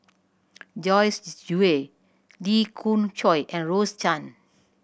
Joyce Jue Lee Khoon Choy and Rose Chan